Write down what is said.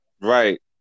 Right